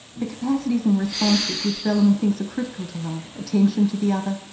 the capacities and responses which velleman thinks are critical to love, attention to the other,